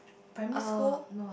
primary school